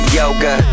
yoga